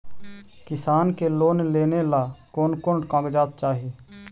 किसान के लोन लेने ला कोन कोन कागजात चाही?